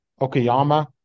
Okayama